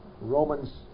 Romans